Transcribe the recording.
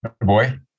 Boy